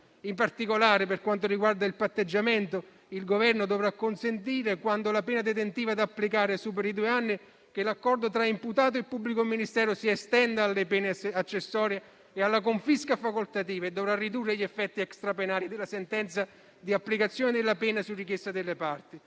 In particolare, per quanto riguarda il patteggiamento, il Governo dovrà consentire, quando la pena detentiva da applicare superi i due anni, che l'accordo tra imputato e pubblico ministero si estenda alle pene accessorie e alla confisca facoltativa e dovrà ridurre gli effetti extra penali della sentenza di applicazione della pena su richiesta delle parti,